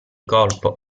colpo